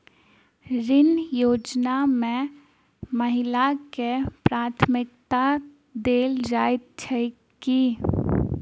ऋण योजना मे महिलाकेँ प्राथमिकता देल जाइत छैक की?